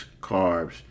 carbs